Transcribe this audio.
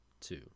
two